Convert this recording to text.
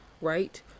right